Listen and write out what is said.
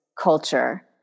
culture